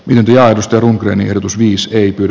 mäntyä istun brennertusviiskykyyn